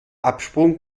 absprung